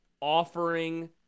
offering